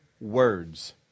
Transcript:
words